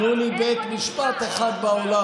תנו לי בית משפט אחד בעולם,